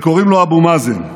וקוראים לו אבו מאזן.